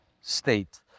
state